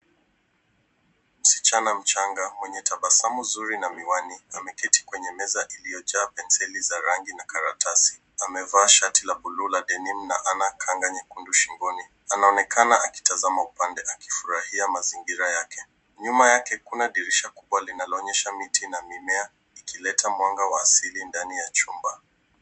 Msichana mchanga mwenye tabasamu nzuri na miwani ameketi kwenye meza iliyojaa penseli za rangi na karatasi. Amevaa shati la buluu la denim na ana kanga nyekundu shingoni. Anaonekana akitazama upande akifurahia mazingira yake. Nyuma yake kuna dirisha kubwa linaloonyesha miti na mimea ikileta mwanga wa asili ndani ya chumba.